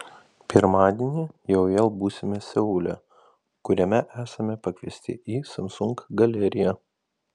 pirmadienį jau vėl būsime seule kuriame esame pakviesti į samsung galeriją